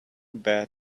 bed